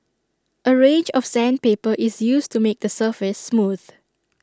A range of sandpaper is used to make the surface smooth